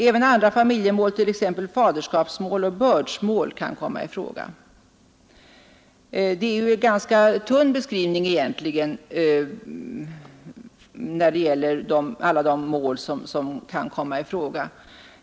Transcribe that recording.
Även andra familjemål, t.ex. faderskapsmål och bördsmål, kan komma i fråga. Det är ju en ganska tunn beskrivning egentligen med tanke på alla de mål som kan komma i fråga.